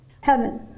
heaven